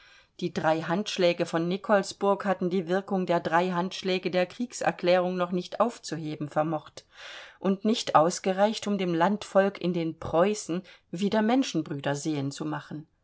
die drei handschläge von nikolsburg hatten die wirkung der drei handschläge der kriegserklärung noch nicht aufzuheben vermocht und nicht ausgereicht um dem landvolk in den preußen wieder menschenbrüder sehen zu machen